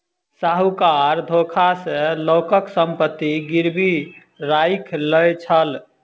साहूकार धोखा सॅ लोकक संपत्ति गिरवी राइख लय छल